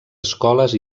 escoles